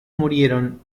murieron